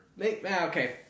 okay